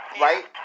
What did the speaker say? right